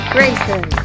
Grayson